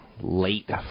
late